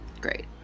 Great